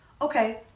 okay